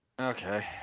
Okay